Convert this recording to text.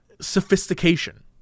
Sophistication